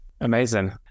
Amazing